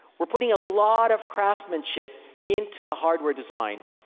we're putting a lot of craftsmanship into the hardware design,